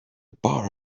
bar